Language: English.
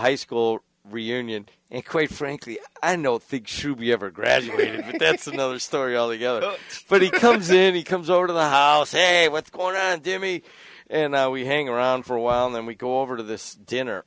high school reunion and quite frankly i know thinks to be ever graduated that's another story altogether but he says he comes over to the house hey what's going on do me and i we hang around for a while and then we go over to this dinner